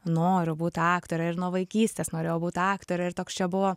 noriu būt aktore ir nuo vaikystės norėjau būt aktore ir toks čia buvo